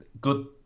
good